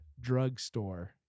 Drugstore